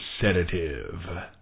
Sedative